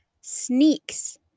sneaks